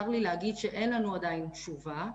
צר לי להגיד שאין לנו עדיין תשובה,